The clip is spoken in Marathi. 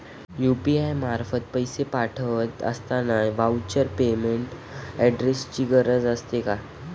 यु.पी.आय मार्फत पैसे पाठवत असताना व्हर्च्युअल पेमेंट ऍड्रेसची गरज असते का?